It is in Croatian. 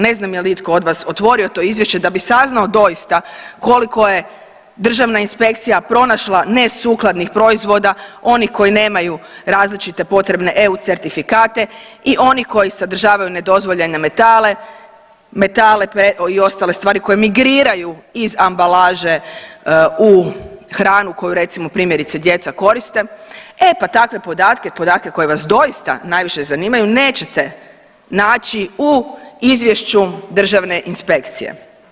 Ne znam je li itko od vas otvorio to izvješće da bi saznao doista koliko je državna inspekcija pronašla nesukladnih proizvoda, onih koji nemaju različite potrebne EU certifikate i oni koji sadržavaju nedozvoljene metale, metale i ostale stvari koje migriraju iz ambalaže u hranu koju recimo primjerice djeca koriste, e pa takve podatke, podatke koji vas doista najviše zanimaju nećete naći u izvješću državne inspekcije.